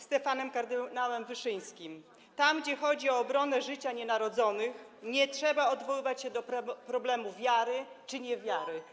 Stefanem Wyszyńskim: Tam, gdzie chodzi o obronę życia nienarodzonych, nie trzeba odwoływać się do problemu wiary czy niewiary.